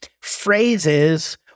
phrases